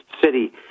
city